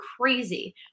crazy